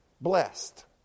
blessed